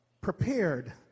Prepared